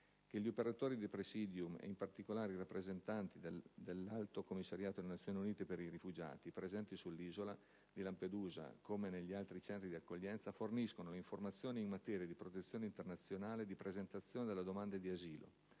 che gli operatori di «Praesidium» e, in particolare, i rappresentanti dell'Alto commissariato delle Nazioni Unite per i rifugiati, presenti sull'isola di Lampedusa come negli altri centri di accoglienza, forniscono le informazioni in materia di protezione internazionale e di presentazione della domanda di asilo,